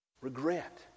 Regret